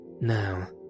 Now